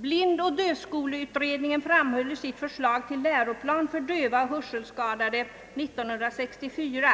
Blindoch dövskoleutredningen framhöll i sitt förslag till läroplan för döva och hörselskadade år 1964,